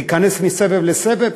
להיכנס מסבב לסבב?